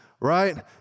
Right